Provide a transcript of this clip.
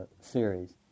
series